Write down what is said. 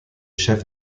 chef